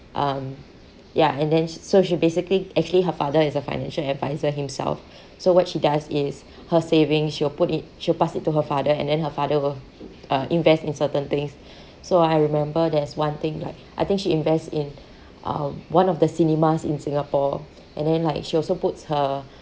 um ya and then so she basically actually her father is a financial adviser himself so what she does is her savings she will put it she will pass it to her father and then her father will uh invest in certain things so I remember there's one thing like I think she invest in uh one of the cinemas in singapore and then like she also puts her